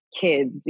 kids